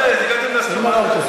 אין דבר כזה.